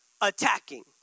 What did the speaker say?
attacking